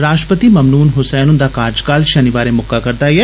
राष्ट्रपति ममनून हुसैन हुन्दा कार्यकाल शनिवारें मुक्का'रदा ऐ